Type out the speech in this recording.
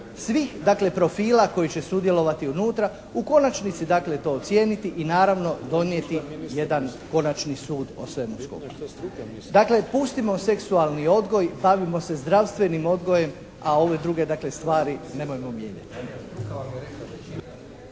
dakle profila koji će sudjelovati unutra, u konačni dakle to ocijeniti i naravno donijeti jedan konačni sud o svemu skupa. Dakle, pustimo seksualni odgoj i bavimo se zdravstvenim odgojem, a ove druge, dakle, stvari nemojmo mijenjati.